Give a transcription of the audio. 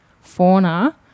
fauna